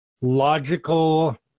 logical